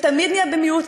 ותמיד נהיה במיעוט,